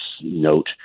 note